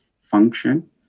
function